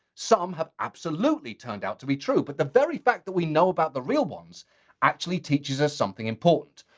some have absolutely turned out to be true. but the very fact that we know about the real ones actually teaches us something important.